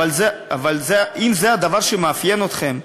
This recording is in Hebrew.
אבל אם זה הדבר שמאפיין אתכם,